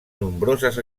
nombroses